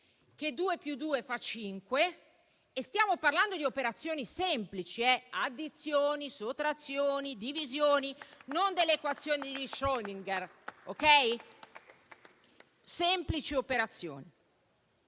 che due più due fa cinque. E stiamo parlando di operazioni semplici: addizioni, sottrazioni, divisioni e non dell'equazione di Schrödinger. Sono semplici operazioni.